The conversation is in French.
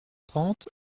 trente